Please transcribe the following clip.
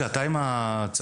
אתה איש הלגו?